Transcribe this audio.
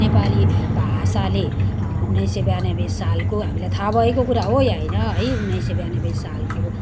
र नेपाली भाषाले उन्नाइस सय ब्यानब्बे सालको हामीलाई थाहा भएको कुरा हो या होइन उन्नाइस सय ब्यानब्बे सालको